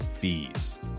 fees